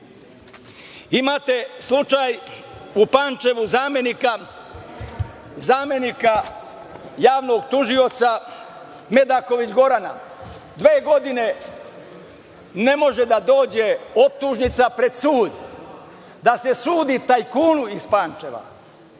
više. Imate slučaj u Pančevu zamenika javnog tužioca Medaković Gorana. Dve godine ne može da dođe optužnica pred sud da se sudi tajkunu iz Pančeva.